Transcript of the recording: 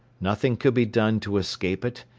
nothing could be done to escape it,